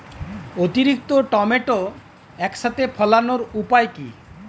অতিরিক্ত টমেটো একসাথে ফলানোর উপায় কী?